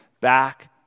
back